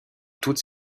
toutes